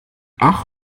ach